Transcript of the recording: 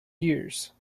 years